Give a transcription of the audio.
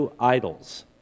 idols